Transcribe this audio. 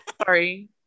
sorry